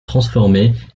transformées